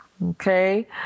Okay